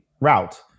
route